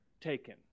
taken